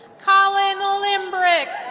kolin limbrick,